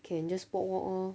can just walk walk orh